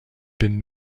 been